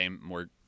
more